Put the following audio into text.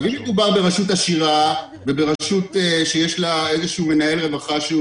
אם מדובר ברשות עשירה שיש לה איזשהו מינהל רווחה,